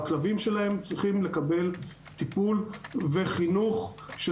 הכלבים שלהם צריכים לקבל טיפול וחינוך של